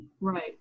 right